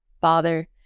father